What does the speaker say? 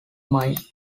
mind